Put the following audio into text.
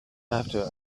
after